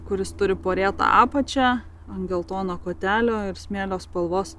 kuris turi porėtą apačią ant geltono kotelio ir smėlio spalvos